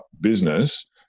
business